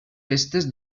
festes